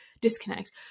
disconnect